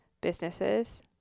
businesses